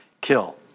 kill